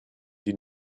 die